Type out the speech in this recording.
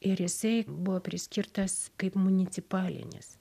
ir jisai buvo priskirtas kaip municipalinis